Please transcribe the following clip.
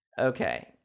okay